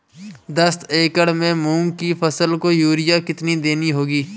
दस एकड़ में मूंग की फसल को यूरिया कितनी देनी होगी?